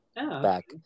Back